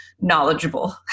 knowledgeable